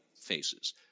faces